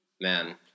man